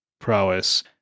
Prowess